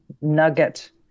nugget